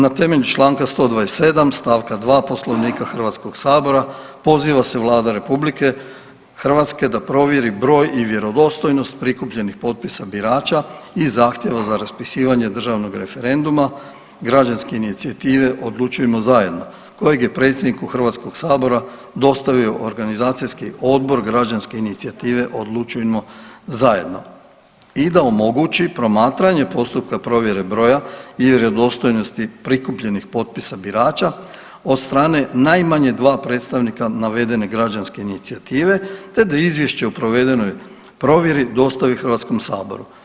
Na temelju članka 127. stavka 2. Poslovnika Hrvatskog sabora poziva se Vlada Republike Hrvatske da provjeri broj i vjerodostojnost prikupljenih potpisa birača i zahtjeva za raspisivanje državnog referenduma građanske inicijative „Odlučujmo zajedno“ kojeg je predsjedniku Hrvatskog sabora dostavio organizacijski odbor građanske inicijative „Odlučujmo zajedno“ i da omogući promatranje postupka provjere broja i vjerodostojnosti prikupljenih potpisa birača od strane najmanje dva predstavnika navedene građanske inicijative, te da izvješće o provedenoj provjeri dostavi Hrvatskom saboru.